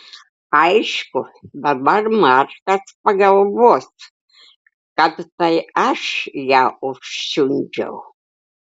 aišku dabar markas pagalvos kad tai aš ją užsiundžiau